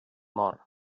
mor